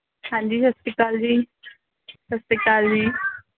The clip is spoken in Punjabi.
ਹਾਂਜੀ ਸਤਿ ਸ਼੍ਰੀ ਅਕਾਲ ਜੀ ਸਤਿ ਸ਼੍ਰੀ ਅਕਾਲ ਜੀ